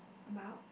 about